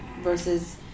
versus